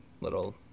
little